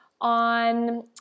on